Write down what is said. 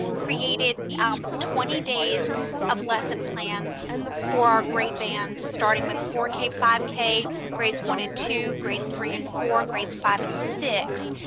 created twenty days of lesson plans for our grade bands, starting with four k, five k, grades one and two, grades three and four, grades five and six,